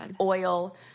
oil